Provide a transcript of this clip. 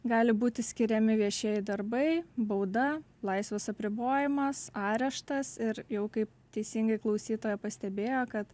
gali būti skiriami viešieji darbai bauda laisvės apribojimas areštas ir jau kaip teisingai klausytoja pastebėjo kad